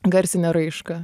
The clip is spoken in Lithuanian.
garsinę raišką